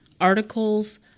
articles